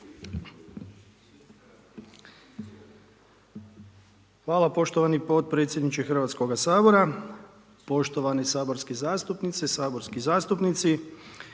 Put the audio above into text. poštovani potpredsjedniče Hrvatskog sabora. Poštovani saborske zastupnice, poštovani saborski zastupnici,